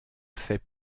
fait